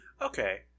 Okay